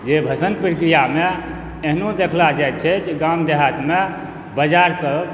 जे भसान प्रक्रिया मे एहनो देखला जाइ छै जे गाम देहात मे बज़ार सब